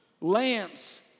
lamps